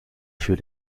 für